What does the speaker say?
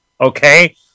Okay